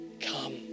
Come